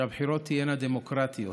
שהבחירות תהיינה דמוקרטיות,